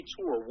Tour